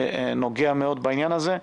שנוגע מאוד בעניין הזה,